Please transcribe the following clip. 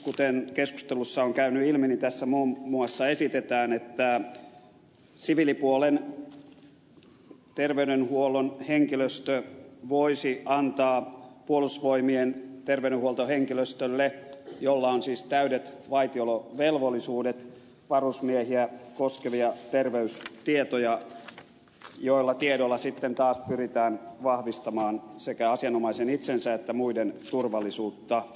kuten keskustelussa on käynyt ilmi tässä muun muassa esitetään että siviilipuolen terveydenhuollon henkilöstö voisi antaa puolustusvoimien terveydenhuoltohenkilöstölle jolla on siis täydet vaitiolovelvollisuudet varusmiehiä koskevia terveystietoja joilla tiedoilla sitten taas pyritään vahvistamaan sekä asianomaisen itsensä että muiden turvallisuutta muun ohella